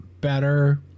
better